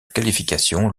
qualification